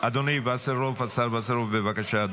אדוני וסרלאוף, השר וסרלאוף, בבקשה,